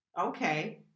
okay